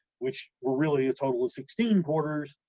which were really a total of sixteen quarters,